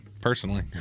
Personally